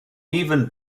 even